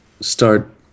start